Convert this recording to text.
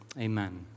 amen